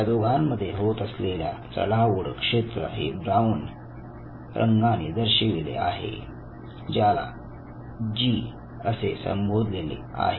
या दोघांमध्ये होत असलेल्या चढाओढ क्षेत्र हे ब्राऊन रंगांनी दर्शविले आहे ज्याला जी असे संबोधलेले आहे